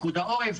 פיקוד העורף,